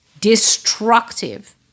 destructive